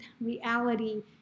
reality